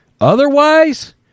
Otherwise